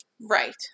Right